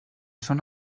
són